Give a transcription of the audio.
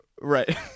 Right